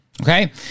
Okay